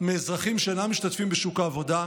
מאזרחים שאינם משתתפים בשוק העבודה,